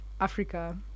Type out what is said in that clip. Africa